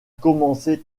commencé